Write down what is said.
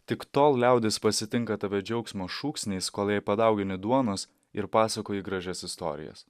tik tol liaudis pasitinka tave džiaugsmo šūksniais kol jai padaugini duonos ir pasakoji gražias istorijas